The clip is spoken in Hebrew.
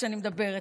כשאני מדברת,